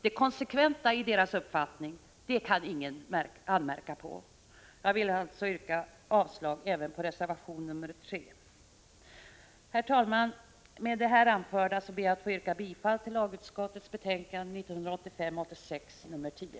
Det konsekventa i deras uppfattning kan ingen anmärka på. Jag vill yrka avslag även på reservation nr 3. Herr talman! Med det här anförda ber jag att få yrka bifall till lagutskottets hemställan i betänkande 1985/86:10.